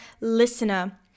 listener